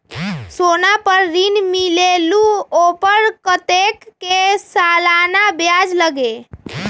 सोना पर ऋण मिलेलु ओपर कतेक के सालाना ब्याज लगे?